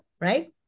right